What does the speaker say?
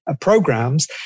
programs